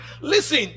Listen